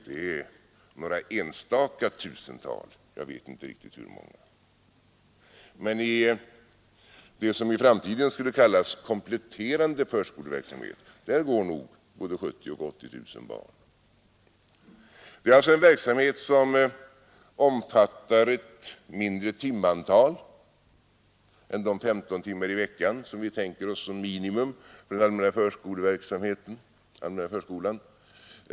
Det är några enstaka tusental — jag vet inte hur många. Men i det som i framtiden skall kallas kompletterande förskoleverksamhet går nog både 70 000 och 80 000 barn. Det är alltså en verksamhet som omfattar ett mindre timantal än de 15 timmar i veckan vi tänker oss såsom minimum för den allmänna förskolan.